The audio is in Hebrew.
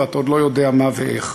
ואתה עוד לא יודע מה ואיך.